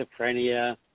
schizophrenia